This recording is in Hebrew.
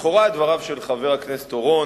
לכאורה דבריו של חבר הכנסת אורון,